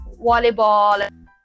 volleyball